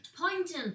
pointing